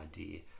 idea